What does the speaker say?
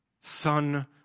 son